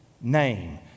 name